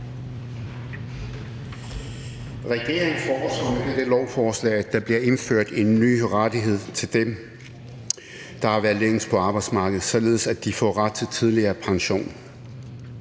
Regeringen foreslår med dette lovforslag, at der bliver indført en ny rettighed til dem, der har været længst på arbejdsmarkedet, således at de får ret til tidligere pension.